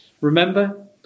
Remember